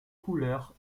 couleurs